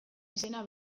izena